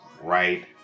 right